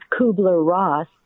Kubler-Ross